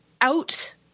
out